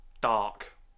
dark